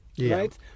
Right